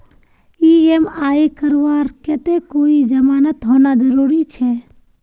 EMI करवार केते कोई जमानत होना जरूरी छे?